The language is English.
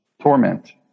torment